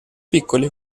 piccoli